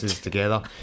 together